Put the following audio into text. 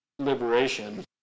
liberation